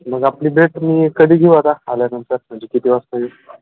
मग आपली भेट मी कधी घेऊ आता आल्या नंतर म्हणजे किती वाजता येऊ